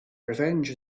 revenge